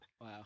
Wow